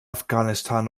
afghanistan